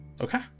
Okay